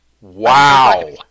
Wow